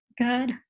good